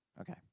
Okay